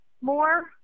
more